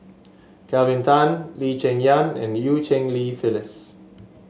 Kelvin Tan Lee Cheng Yan and Eu Cheng Li Phyllis